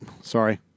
Sorry